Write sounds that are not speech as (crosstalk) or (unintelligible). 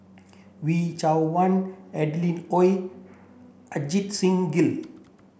Wee Cho (unintelligible) Adeline Ooi Ajit Singh Gill